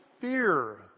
fear